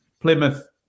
Plymouth